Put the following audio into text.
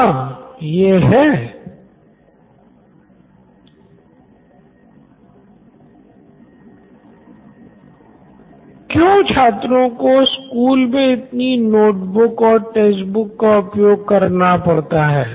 professor हाँ यह है Siddharth Maturi CEO Knoin electronics क्यों छात्रों को स्कूल मे इतनी नोटबुक और टेक्स्ट बुक का उपयोग करना पड़ता है